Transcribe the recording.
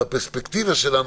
הפרספקטיבה שלנו,